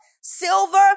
silver